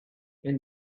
and